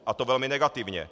A to velmi negativně.